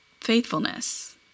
faithfulness